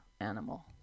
animal